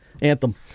Anthem